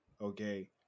Okay